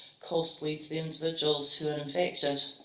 costly to the individuals who are infected.